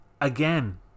Again